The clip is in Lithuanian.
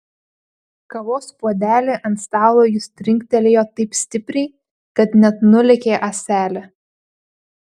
kavos puodelį ant stalo jis trinktelėjo taip stipriai kad net nulėkė ąselė